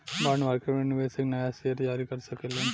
bond market में निवेशक नाया शेयर जारी कर सकेलन